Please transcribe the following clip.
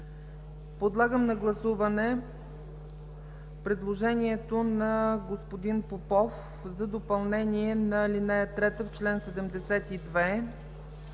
подлагам на гласуване предложението на господин Попов за допълнение на ал. 3 в чл. 72.